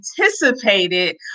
anticipated